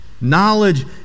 Knowledge